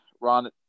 Ron